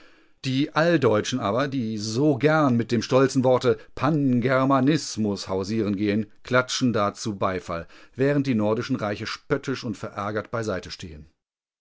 die alldeutschen aber die so gern mit dem stolzen worte pangermanismus hausieren gehen klatschen dazu beifall während die nordischen reiche spöttisch und verärgert beiseite stehen